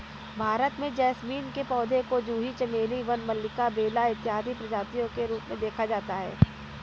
भारत में जैस्मीन के पौधे को जूही चमेली वन मल्लिका बेला इत्यादि प्रजातियों के रूप में देखा जाता है